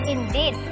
Indeed